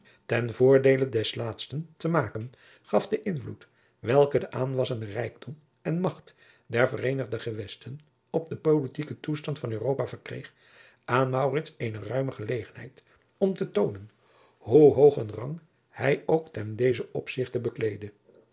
ten voordeele des laatsten te maken gaf de invloed welken de aanwassende rijkdom en macht der vereenigde gewesten op den politieken toestand van europa verkreeg aan maurits eene ruime gelegenheid om te toonen hoe hoog een rang hij ook ten dezen opzichte bekleedde